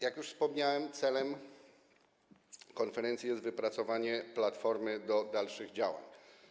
Jak już wspomniałem, celem konferencji jest wypracowanie platformy do dalszych działań.